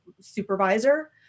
supervisor